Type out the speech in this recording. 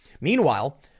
Meanwhile